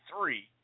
three